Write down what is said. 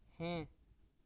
ᱦᱮᱸ